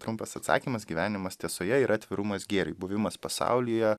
trumpas atsakymas gyvenimas tiesoje yra atvirumas gėriui buvimas pasaulyje